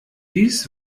dies